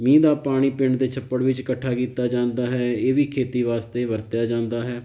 ਮੀਂਹ ਦਾ ਪਾਣੀ ਪਿੰਡ ਦੇ ਛੱਪੜ ਵਿੱਚ ਇਕੱਠਾ ਕੀਤਾ ਜਾਂਦਾ ਹੈ ਇਹ ਵੀ ਖੇਤੀ ਵਾਸਤੇ ਵਰਤਿਆ ਜਾਂਦਾ ਹੈ